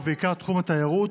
ובעיקר תחום התיירות,